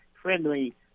Friendly